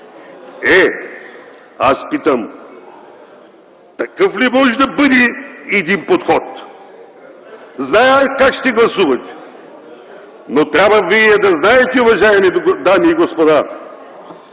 Е, аз питам: такъв ли може да бъде един подход? Зная аз как ще гласувате, но трябва да знаете, уважаеми дами и господа,